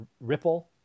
Ripple